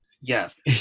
yes